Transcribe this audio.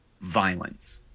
violence